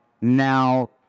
now